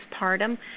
postpartum